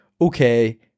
okay